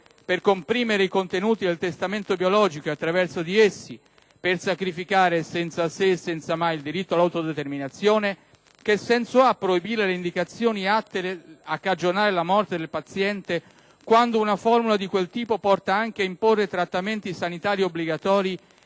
per comprimere i contenuti del testamento biologico, e per sacrificare attraverso di essi, senza se e senza ma, il diritto all'autodeterminazione, quale senso ha proibire le indicazioni atte a cagionare la morte del paziente, quando una formula di quel tipo porta anche a imporre trattamenti sanitari obbligatori